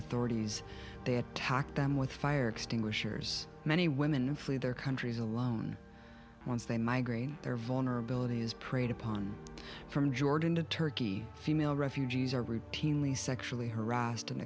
authorities they attack them with fire extinguishers many women flee their countries alone once they migraine their vulnerability is preyed upon from jordan to turkey female refugees are routinely sexually harassed and